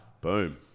Boom